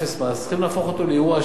צריכים להפוך אותו לאירוע של מס,